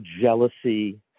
jealousy